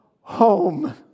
home